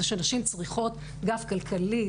שנשים צריכות גב כלכלי,